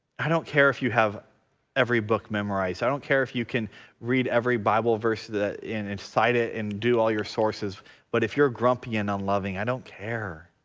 i don't care if you have every book memorized, i don't care if you can read every bible verse that and cite it and do all your sources but if you're grumpy and unloving i don't care